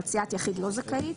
זאת אומרת שסיעת יחיד לא זכאית